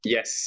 Yes